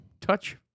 touch